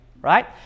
right